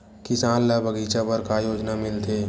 किसान ल बगीचा बर का योजना मिलथे?